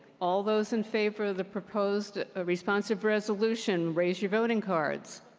all those in favor of the proposed ah responsive resolution, raise your voting cards.